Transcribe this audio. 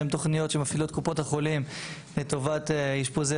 יש היום תכניות שמפעילות קופות החולים לטובת אשפוזי